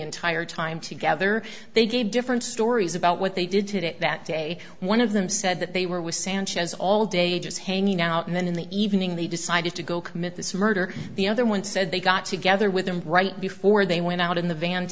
entire time together they gave different stories about what they did today that day one of them said that they were with sanchez all day just hanging out and then in the evening they decided to go commit this murder the other one said they got together with him right before they went out in the van